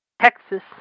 Texas